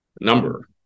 number